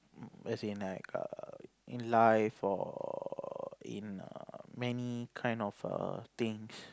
as in like err in life or in err many kind of err things